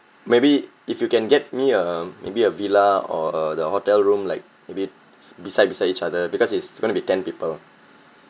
maybe if you can get me a maybe a villa or a the hotel room like maybe beside beside each other because it's going be ten people